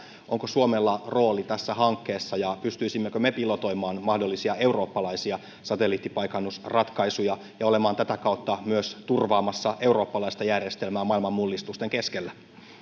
onko suomella rooli tässä hankkeessa ja pystyisimmekö me pilotoimaan mahdollisia eurooppalaisia satelliittipaikannusratkaisuja ja olemaan tätä kautta myös turvaamassa eurooppalaista järjestelmää maailman mullistusten keskellä